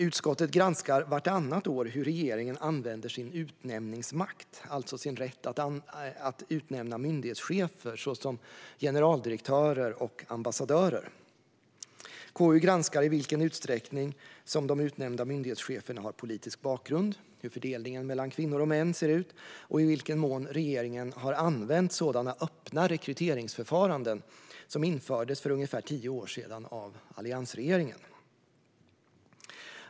Utskottet granskar vartannat år hur regeringen använder sin utnämningsmakt, alltså sin rätt att utnämna myndighetschefer, såsom generaldirektörer och ambassadörer. KU granskar i vilken utsträckning de utnämnda myndighetscheferna har politisk bakgrund, hur fördelningen mellan kvinnor och män ser ut och i vilken mån regeringen har använt sådana öppna rekryteringsförfaranden som infördes för ungefär tio år sedan av alliansregeringen.